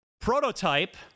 Prototype